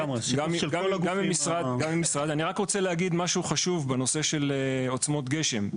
אני רק רוצה להגיד משהו חשוב בנושא של עוצמות גשם.